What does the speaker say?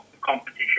competition